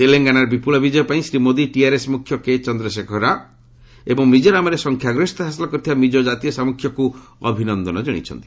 ତେଲେଙ୍ଗାନାରେ ବିପୁଳ ବିଜୟ ପାଇଁ ଶ୍ରୀ ମୋଦି ଟିଆର୍ଏସ୍ ମୁଖ୍ୟ କେଚନ୍ଦଶେଖର ରାଓ ଏବଂ ମିଜୋରାମରେ ସଂଖ୍ୟାଗରିଷତା ହାସଲ କରିଥିବା ମିଜୋ ଜାତୀୟ ସାମ୍ଗୁଖ୍ୟକୁ ଅଭିନନ୍ଦନ ଜଶାଇଛନ୍ତି